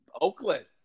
Oakland